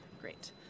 Great